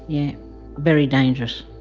yeah very dangerous.